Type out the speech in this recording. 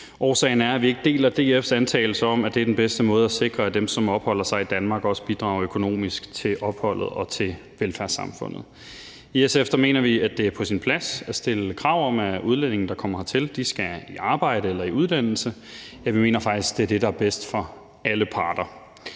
Årsagen er, at vi ikke deler DF's antagelse om, at det er den bedste måde at sikre, at dem, som opholder sig i Danmark, også bidrager økonomisk til opholdet og til velfærdssamfundet. I SF mener vi, at det er på sin plads at stille krav om, at udlændinge, der kommer hertil, skal i arbejde eller i uddannelse – ja, vi mener faktisk, at det er det, der er bedst for alle parter.